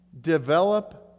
develop